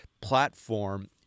platform